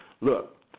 Look